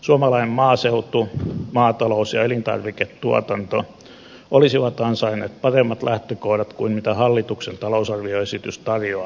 suomalainen maaseutu maatalous ja elintarviketuotanto olisivat ansainneet paremmat lähtökohdat kuin mitä hallituksen talousarvioesitys tarjoaa